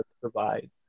provide